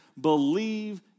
believe